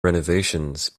renovations